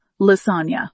lasagna